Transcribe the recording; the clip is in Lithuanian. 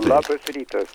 labas rytas